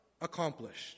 accomplished